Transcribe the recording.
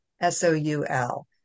S-O-U-L